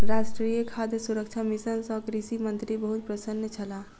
राष्ट्रीय खाद्य सुरक्षा मिशन सँ कृषि मंत्री बहुत प्रसन्न छलाह